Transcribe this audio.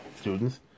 students